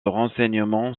renseignement